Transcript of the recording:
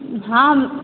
हम